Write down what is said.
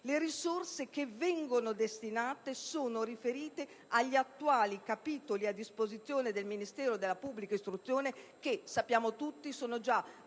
Le risorse che vengono destinate sono riferite agli attuali capitoli a disposizione del Ministero dell'istruzione che, sappiamo tutti, sono già